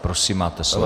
Prosím, máte slovo.